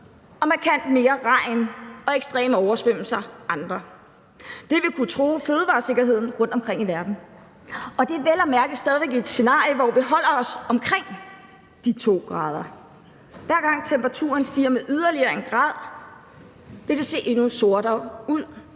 mere regn og ekstreme oversvømmelser andre steder. Det vil kunne true fødevaresikkerheden rundtomkring i verden. Og det er vel at mærke stadig væk et scenarie, hvor vi holder os på omkring de 2 grader. Hver gang temperaturen stiger med yderligere 1 grad, vil det se endnu sortere ud.